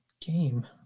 game